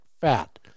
fat